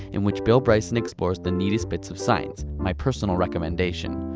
in which bill bryson explores the neatest bits of science, my personal recommendation.